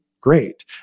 great